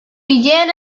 began